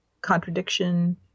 Contradiction